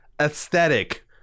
aesthetic